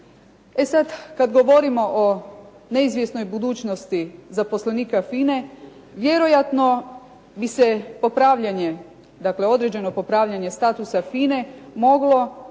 E sad kad govorimo o neizvjesnoj budućnosti zaposlenika FINA-e vjerojatno bi se popravljanje dakle određeno popravljanje statusa FINA-e moglo